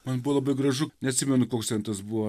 man buvo labai gražu neatsimenu koks ten tas buvo